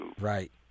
Right